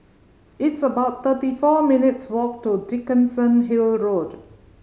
it's about thirty four minutes' walk to Dickenson Hill Road